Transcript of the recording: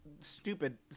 stupid